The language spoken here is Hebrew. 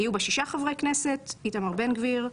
יהיו בה שישה חברי כנסת: איתמר בן גביר,